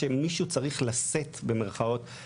שמישהו צריך ״לשאת באחריות״,